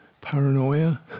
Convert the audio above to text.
paranoia